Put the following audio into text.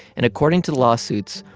and according to the lawsuits,